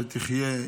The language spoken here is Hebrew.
שתחיה,